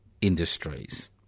industries